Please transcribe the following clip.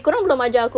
right